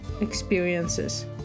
experiences